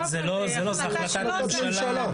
זה החלטת ממשלה.